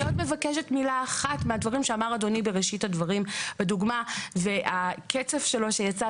אני רוצה להתייחס לדברים שאמר אדוני בראשית הדברים והקצף שלו שיצא.